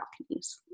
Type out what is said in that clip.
balconies